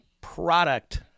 product